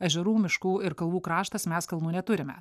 ežerų miškų ir kalvų kraštas mes kalnų neturime